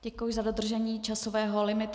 Děkuji za dodržení časového limitu.